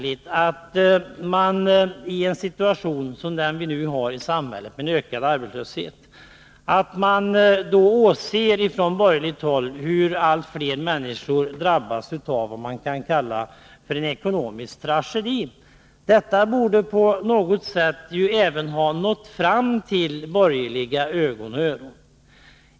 I en situation som vi har i samhället nu, med ökad arbetslöshet, är det märkligt att man från borgerligt håll låter allt fler människor drabbas av vad man kan kalla en ekonomisk tragedi. Detta borde på något sätt ha nått fram även till borgerliga ögon och öron.